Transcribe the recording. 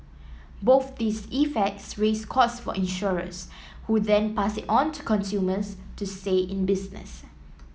both these effects raise costs for insurers who then pass it on to consumers to stay in business